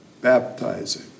baptizing